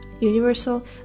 universal